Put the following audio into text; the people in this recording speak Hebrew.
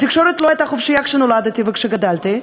התקשורת לא הייתה חופשייה כשנולדתי וכשגדלתי,